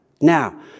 Now